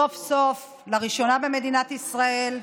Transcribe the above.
סוף-סוף, לראשונה במדינת ישראל,